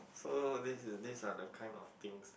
so this is these are the kind of things that